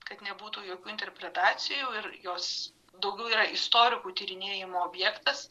kad nebūtų jokių interpretacijų ir jos daugiau yra istorikų tyrinėjimo objektas